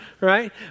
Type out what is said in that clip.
right